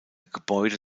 gebäude